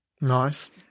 Nice